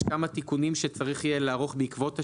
יש כמה תיקונים שצריך יהיה לערוך בעקבות השינויים.